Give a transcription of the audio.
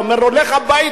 הוא אומר לו: לך הביתה.